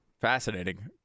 Fascinating